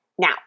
Now